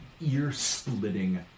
ear-splitting